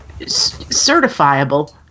certifiable